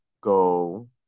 go